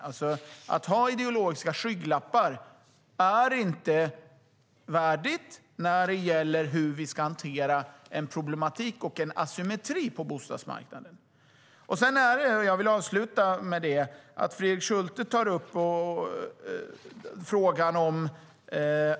Att ha ideologiska skygglappar är inte värdigt när det gäller hur vi ska hantera en problematik och asymmetri på bostadsmarknaden. Jag vill avsluta med att kommentera det som Fredrik Schulte tog upp.